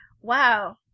wow